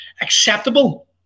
acceptable